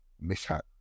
mishap